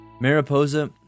Mariposa